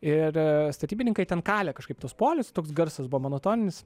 ir statybininkai ten kalė kažkaip tuos polius toks garsas buvo monotoninis